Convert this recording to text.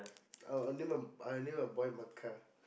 I'll I'll name a I'll name a boy Mekah